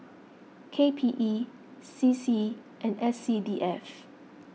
K P E C C and S C D F